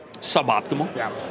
suboptimal